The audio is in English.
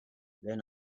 then